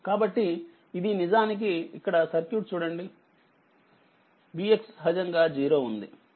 కాబట్టిఇది నిజానికి ఇక్కడ సర్క్యూట్ చూడండి ఉందిVxసహజంగా 0 ఉంది